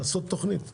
לעשות תוכנית.